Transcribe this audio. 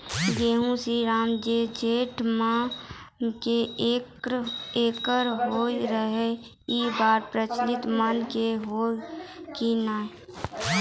गेहूँ श्रीराम जे सैठ मन के एकरऽ होय रहे ई बार पचीस मन के होते कि नेय?